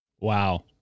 Wow